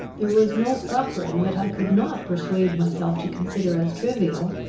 there was no suffering that i could not persuade myself to consider as trivial,